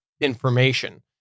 information